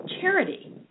charity